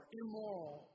immoral